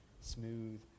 smooth